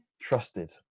trusted